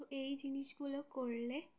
তো এই জিনিসগুলো করলে